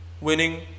Winning